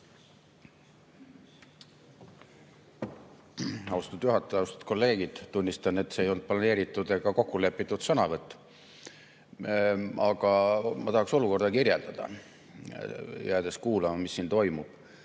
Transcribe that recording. juhataja! Austatud kolleegid! Tunnistan, et see ei olnud planeeritud ega kokkulepitud sõnavõtt, aga ma tahaks olukorda kirjeldada, olles kuulama jäänud, mis siin toimub.